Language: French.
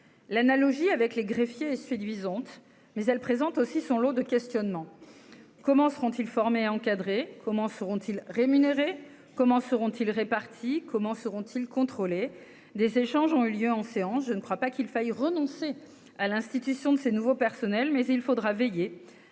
l'analogie avec les greffiers séduisante, mais elle présente aussi son lot de questionnements, comment seront-ils formés, encadrés, comment seront-ils rémunérés, comment seront-ils répartis comment seront-ils contrôler des échanges ont eu lieu en séance, je ne crois pas qu'il faille renoncer à l'institution de ces nouveaux personnels mais il faudra veiller